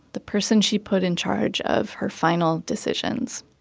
the person she put in charge of her final decisions.